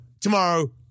tomorrow